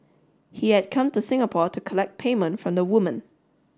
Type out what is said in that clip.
he had come to Singapore to collect payment from the woman